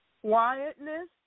quietness